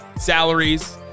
Salaries